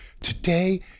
Today